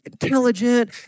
intelligent